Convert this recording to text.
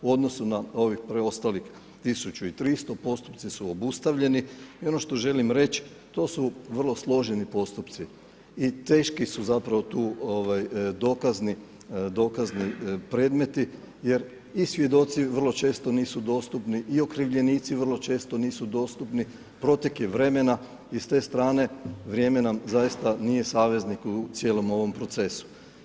U odnosu na ovih preostalih 1300, postupci su obustavljeni i ono što želim reći to su vrlo složeni postupci i teški su zapravo tu dokazni predmeti jer i svjedoci vrlo često nisu dostupni i okrivljenici vrlo često nisu dostupni, protek je vremena i s te strane vrijeme nam zaista nije saveznik u cijelom ovom procesu.